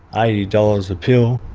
eighty dollars a pill,